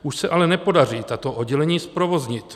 Už se ale nepodaří tato oddělení zprovoznit.